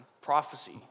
Prophecy